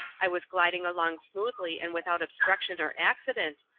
i was gliding along smoothly and without obstruction or accident,